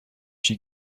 she